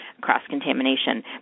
cross-contamination